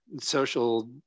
social